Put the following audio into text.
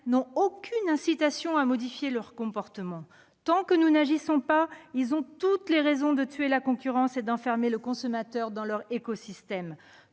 -n'ont aucune incitation à modifier leurs comportements. Tant que nous n'agissons pas, ils ont toutes les raisons de tuer la concurrence et d'enfermer le consommateur dans leurs écosystèmes